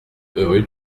rue